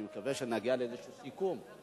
אני מקווה שנגיע לאיזשהו סיכום,